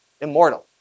immortal